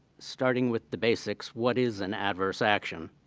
starting with the basics, what is an adverse action?